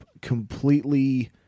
Completely